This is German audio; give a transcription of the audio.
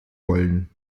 wollen